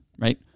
right